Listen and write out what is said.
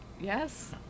Yes